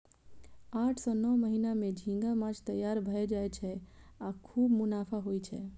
आठ सं नौ महीना मे झींगा माछ तैयार भए जाय छै आ खूब मुनाफा होइ छै